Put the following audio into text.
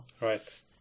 Right